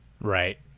Right